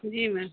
जी ma'am